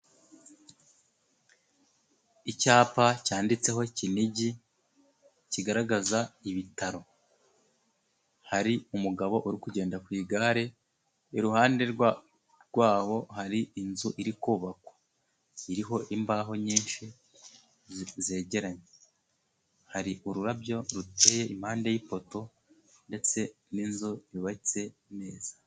Icyapa cyanditseho Kinigi kigaragaza ibitaro. Hari umugabo uri kugenda ku igare, iruhande rwabo hari inzu iri kubakwa, iriho imbaho nyinshi zegeranye. Hari ururabyo ruteye impande y'ipoto ndetse n'inzu yubatse neza.